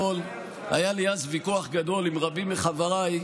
היה לי אז ויכוח גדול עם רבים מחבריי,